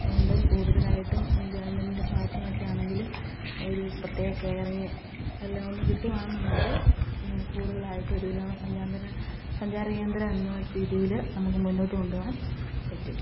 അതുകൊണ്ട് കൂടുതലായിട്ടും ഗവണ്മെൻ്റിൻ്റെ ഭാഗത്തു നിന്നൊക്കെയാണെങ്കിലും ഒരു പ്രത്യേക കേറിങ് എല്ലാം ഒന്ന് കിട്ടുവാണെന്നുണ്ടെങ്കിൽ കൂടുതലായിട്ട് ഒരു വിനോദ സഞ്ചാര സഞ്ചാര കേന്ദ്രം എന്ന രീതിയിൽ നമുക്ക് മുന്നോട്ട് കൊണ്ടു പോവാൻ പറ്റും